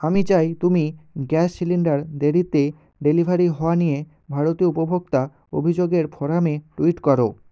আমি চাই তুমি গ্যাস সিলিন্ডার দেরিতে ডেলিভারি হওয়া নিয়ে ভারতীয় উপভোক্তা অভিযোগের ফোরামে টুইট করো